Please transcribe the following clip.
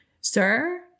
sir